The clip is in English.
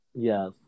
Yes